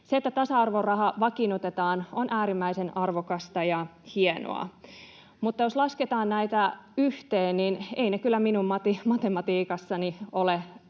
Se, että tasa-arvoraha vakiinnutetaan, on äärimmäisen arvokasta ja hienoa, mutta jos lasketaan näitä yhteen, niin eivät ne kyllä minun matematiikassani ole